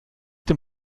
dem